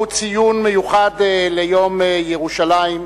שהוא ציון מיוחד ליום ירושלים,